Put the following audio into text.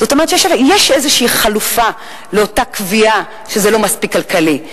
זאת אומרת יש איזו חלופה לאותה קביעה שזה לא מספיק כלכלי.